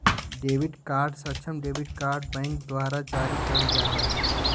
debit card सक्षम debit card bank द्वारा जारी करल जा हइ